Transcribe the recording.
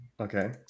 Okay